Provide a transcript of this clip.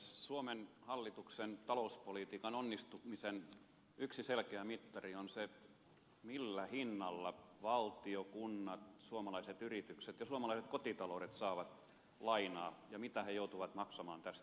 suomen hallituksen talouspolitiikan onnistumisen yksi selkeä mittari on se millä hinnalla valtio kunnat suomalaiset yritykset ja suomalaiset kotitaloudet saavat lainaa ja mitä ne joutuvat maksamaan tästä korkoa